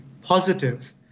positive